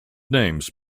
names